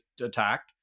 attacked